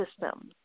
system